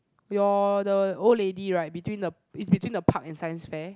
your the old lady right between the is between the park and science fair